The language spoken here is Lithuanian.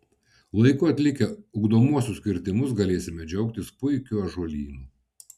laiku atlikę ugdomuosius kirtimus galėsime džiaugtis puikiu ąžuolynu